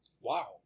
Wow